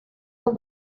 del